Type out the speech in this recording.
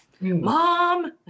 mom